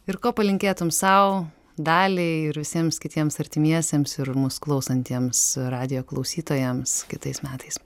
ir ko palinkėtum sau daliai ir visiems kitiems artimiesiems ir mus klausantiems radijo klausytojams kitais metais